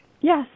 Yes